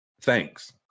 thanks